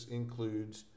includes